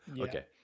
okay